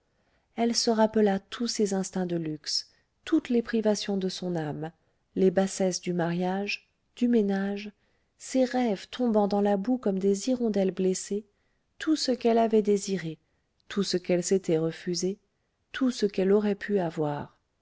elle se rappela tous ses instincts de luxe toutes les privations de son âme les bassesses du mariage du ménage ses rêves tombant dans la boue comme des hirondelles blessées tout ce qu'elle avait désiré tout ce qu'elle s'était refusé tout ce qu'elle aurait pu avoir